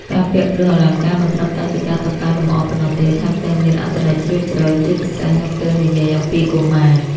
ការពាក់គ្រឿងអលង្ការមិនត្រឹមតែជាការតុបតែងលម្អប៉ុណ្ណោះទេ ថែមទាំងមានអត្ថន័យជ្រាលជ្រៅ ជាពិសេសនៅពេលនិយាយអំពីកុមារ។